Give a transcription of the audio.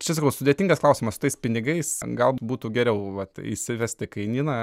čia sakau sudėtingas klausimas su tais pinigais gal būtų geriau vat įsivesti kainyną